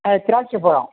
திராட்சை பழம்